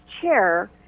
chair